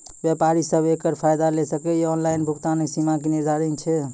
व्यापारी सब एकरऽ फायदा ले सकै ये? ऑनलाइन भुगतानक सीमा की निर्धारित ऐछि?